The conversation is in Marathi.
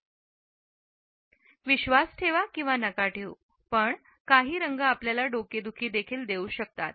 विश्वास ठेवा किंवा नका ठेवू पण काही रंग आपल्याला डोकेदुखी देखील देऊ शकतात